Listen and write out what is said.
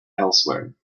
elsewhere